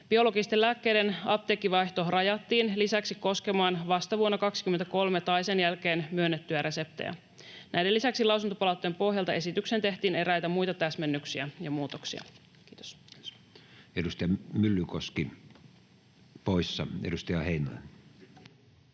Biologisten lääkkeiden apteekkivaihto rajattiin lisäksi koskemaan vasta vuonna 23 tai sen jälkeen myönnettyjä reseptejä. Näiden lisäksi lausuntopalautteen pohjalta esitykseen tehtiin eräitä muita täsmennyksiä ja muutoksia. — Kiitos. Edustaja Myllykoski, poissa. — Edustaja Heinonen.